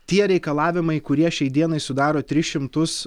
tie reikalavimai kurie šiai dienai sudaro tris šimtus